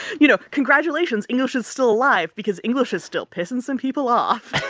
you know, congratulations. english is still alive because english is still pissing some people off